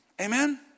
Amen